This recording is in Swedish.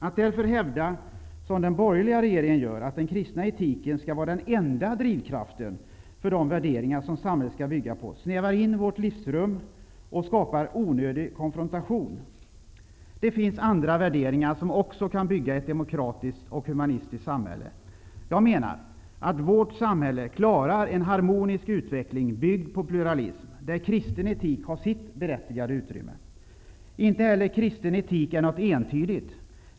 Att därför hävda, som den borgerliga regeringen gör, att den kristna etiken skall vara den enda drivkraften för de värderingar som samhället skall bygga på, snävar in vårt livsrum och skapar onödig konfrontation. Det finns andra värderingar, som också kan bygga ett demokratiskt och humanistiskt samhälle. Jag menar att vårt samhälle klarar en harmonisk utveckling byggd på pluralism, där kristen etik har sitt berättigade utrymme. Inte heller kristen etik är något entydigt.